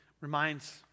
reminds